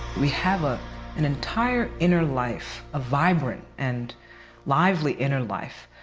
we have ah an entire inner life, a vibrant and lively inner life,